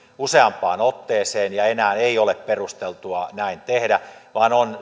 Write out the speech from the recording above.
useampaan otteeseen ja enää ei ole perusteltua näin tehdä vaan on